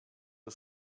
the